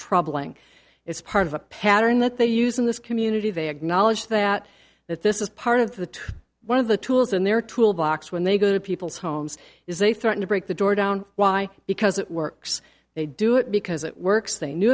troubling it's part of a pattern that they use in this community they acknowledge that that this is part of the one of the tools in their tool box when they go to people's homes is they threaten to break the door down why because it works they do it because it works they knew